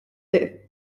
the